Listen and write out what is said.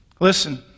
Listen